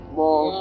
more